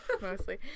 mostly